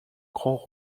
grand